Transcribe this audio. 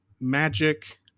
magic